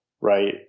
Right